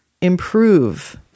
improve